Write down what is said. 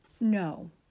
No